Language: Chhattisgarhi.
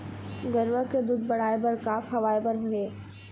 गरवा के दूध बढ़ाये बर का खवाए बर हे?